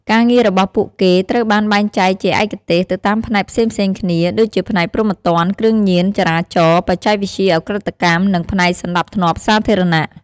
ការងាររបស់ពួកគេត្រូវបាន បែងចែកជាឯកទេស ទៅតាមផ្នែកផ្សេងៗគ្នា ដូចជាផ្នែកព្រហ្មទណ្ឌ គ្រឿងញៀន ចរាចរណ៍ បច្ចេកវិទ្យាឧក្រិដ្ឋកម្ម និងផ្នែកសណ្តាប់ធ្នាប់សាធារណៈ។